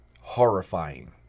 Horrifying